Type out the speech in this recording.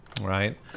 Right